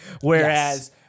Whereas